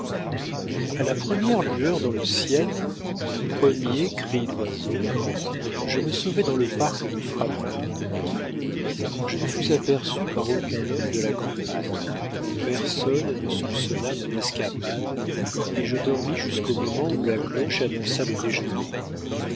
a la première lueur dans le ciel au premier cri d'oiseau je me sauvai dans le parc de frapesle je ne fus aperçu par aucun homme de la campagne personne ne soupçonna mon escapade et je dormis jusqu'au moment où la cloche annonça le déjeuner